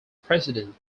president